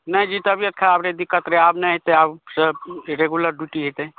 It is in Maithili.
नहि जी तबीयत खराब रहय दिकक्त रहय आब नहि हेतैक आबसँ रेगुलर ड्यूटी हेतैक